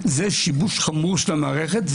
זה שיבוש חמור של המערכת.